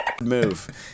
Move